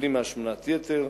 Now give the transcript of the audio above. סובלים מהשמנת יתר.